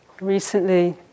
Recently